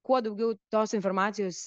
kuo daugiau tos informacijos